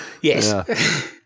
Yes